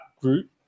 group